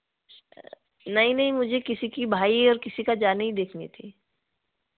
नहीं नहीं मुझे किसी की भाई और किसी का जान ही देखनी थी